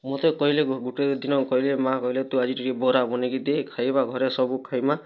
ମୋତେ କହିଲେ ଗୋଟେ ଦିନ କହିଲେ ମାଁ କହିଲେ ତୁ ଆଜି ଟିକେ ବରା ବନାଇକି ଦେ ଖାଇବା ଘରେ ସବୁ ଖାଇମା